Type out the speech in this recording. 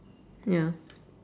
ya